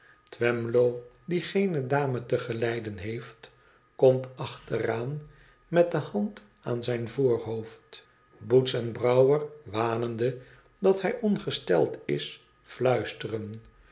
die geene dame te geleiden heeft komt achteraan met de hand aan zijn voorhoofd boots en brouwer wanende dat hij ongesteld is fluisteren